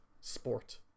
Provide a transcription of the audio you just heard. sport